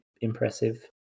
impressive